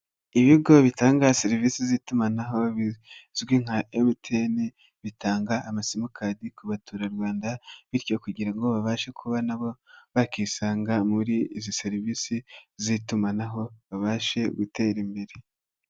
Ibigo bitanga serivisi z'itumanaho bizwi nka MTN bitanga amasumukadi ku batura Rwanda bityo kugira ngo babashe kubona nabo bakisanga muri izi serivisi z'itumanaho babashe gutera imbere.